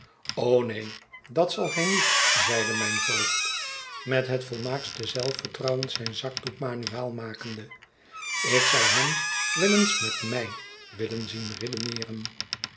neen dat zal hij niet zeide mijn voogd met het volmaaktste zelfvertrouwen zijn zakdoek manuaal makende ik zou hem wel eens met mij willen zien redeneeren